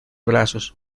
brazos